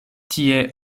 tie